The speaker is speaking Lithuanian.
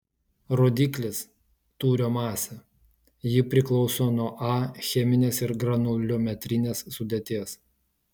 rodiklis tūrio masė ji priklauso nuo a cheminės ir granuliometrinės sudėties